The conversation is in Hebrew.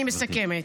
אני מסכמת.